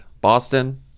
Boston